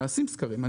נעשים סקרים.